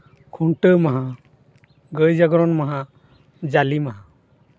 ᱠᱷᱩᱱᱴᱟᱹᱣ ᱢᱟᱦᱟ ᱜᱟᱹᱭ ᱡᱟᱜᱽᱨᱚᱱ ᱢᱟᱦᱟ ᱡᱟᱞᱮ ᱢᱟᱦᱟ